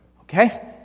okay